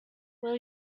will